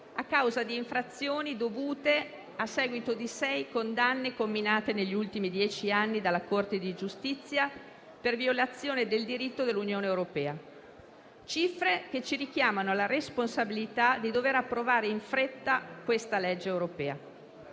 a causa di infrazioni, a seguito di sei condanne comminate negli ultimi dieci anni dalla Corte di giustizia per violazione del diritto dell'Unione europea. Sono cifre che ci richiamano alla responsabilità di dover approvare in fretta questa legge europea.